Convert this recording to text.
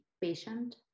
patient